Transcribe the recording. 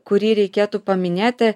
kurį reikėtų paminėti